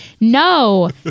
no